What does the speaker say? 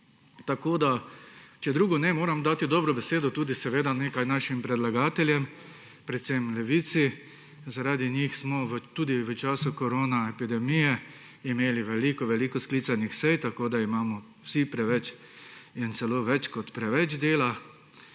ministru. Če drugega ne, moram dati dobro besedo tudi nekaj našim predlagateljem, predvsem Levici. Zaradi njih smo tudi v času koronaepidemije imeli veliko veliko sklicanih sej, tako da imamo vsi preveč in celo več kot preveč dela.